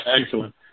Excellent